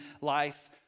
life